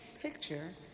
picture